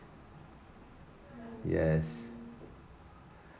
yes